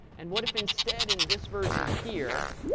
and what if instead in this version here,